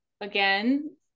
again